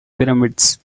pyramids